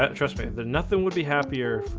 ah trust me. nothing would be happier.